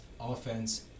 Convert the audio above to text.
offense